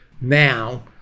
Now